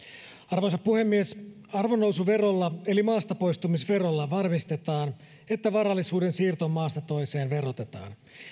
arvoisa puhemies arvonnousuverolla eli maastapoistumisverolla varmistetaan että varallisuuden siirto maasta toiseen verotetaan